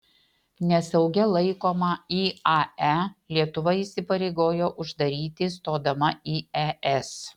nesaugia laikomą iae lietuva įsipareigojo uždaryti stodama į es